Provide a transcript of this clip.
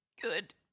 Good